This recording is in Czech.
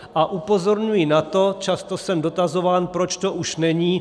A upozorňuji na to, často jsem dotazován, proč to už není.